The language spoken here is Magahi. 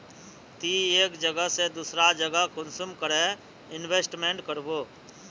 ती एक जगह से दूसरा जगह कुंसम करे इन्वेस्टमेंट करबो?